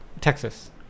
Texas